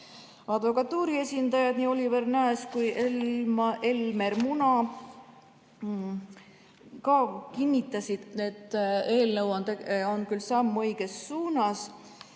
Advokatuuri esindajad Oliver Nääs ja Elmer Muna kinnitasid, et eelnõu on küll samm õiges suunas